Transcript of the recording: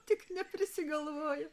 tik neprisigalvoja